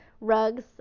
rugs